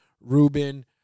Ruben